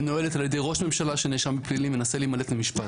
מנוהלת על ידי ראש ממשלה שנאשם בפלילים ומנסה להימלט ממשפט.